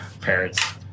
parents